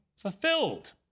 fulfilled